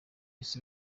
isi